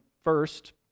First